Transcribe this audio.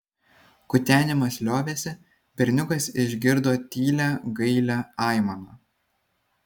kutenimas liovėsi berniukas išgirdo tylią gailią aimaną